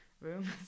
room